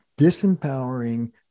disempowering